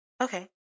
okay